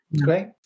Great